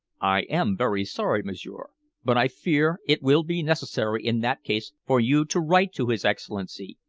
i am very sorry, m'sieur, but i fear it will be necessary in that case for you to write to his excellency,